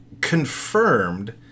confirmed